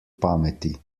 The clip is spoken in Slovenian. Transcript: pameti